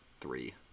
three